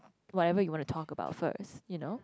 whatever you wanna talk about first you know